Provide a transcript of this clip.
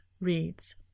reads